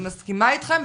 אני מסכימה איתכם.